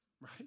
Right